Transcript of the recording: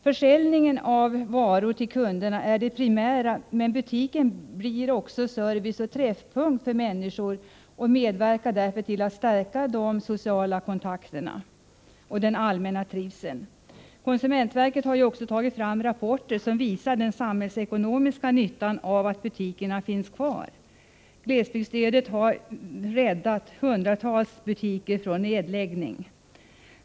Försäljningen av varor till kunderna är det primära, men butiken blir också serviceoch träffpunkt för människor och medverkar därför till att stärka de sociala kontakterna och den allmänna trivseln. Konsumentverket har också tagit fram rapporter som visar den samhällsekonomiska nyttan av att butikerna finns kvar. Glesbygdsstödet har räddat hundratals butiker från nedläggning.